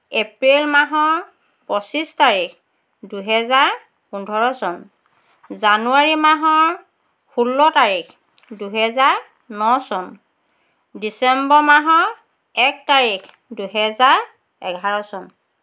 এপ্ৰিল মাহৰ পঁচিছ তাৰিখ দুহেজাৰ পোন্ধৰ চন জানুৱাৰী মাহৰ ষোল্ল তাৰিখ দুহেজাৰ ন চন ডিচেম্বৰ মাহৰ এক তাৰিখ দুহেজাৰ এঘাৰ চন